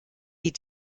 die